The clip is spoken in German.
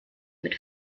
mit